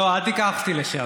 לא, אל תיקח אותי לשם.